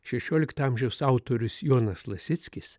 šešiolikto amžiaus autorius jonas lasickis